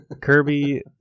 Kirby